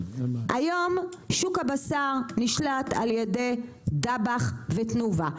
היום שוק הבשר נשלט על ידי דבאח ותנובה,